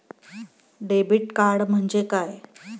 Debit card म्हणजे काय?